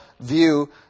view